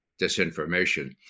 disinformation